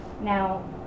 Now